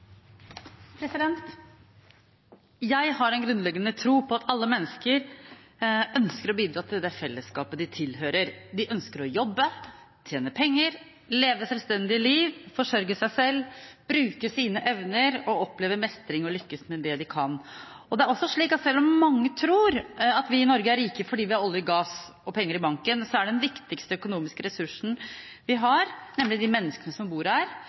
Jeg har en grunnleggende tro på at alle mennesker ønsker å bidra til det felleskapet de tilhører. De ønsker å jobbe, tjene penger, leve selvstendige liv, forsørge seg selv, bruke sine evner, oppleve mestring og lykkes med det de kan. Det er også slik at selv om mange tror at vi i Norge er rike fordi vi har olje, gass og penger i banken, er den viktigste økonomiske ressursen vi har, nemlig de menneskene som bor